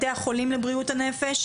בתי החולים לבריאות הנפש,